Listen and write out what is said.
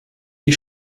die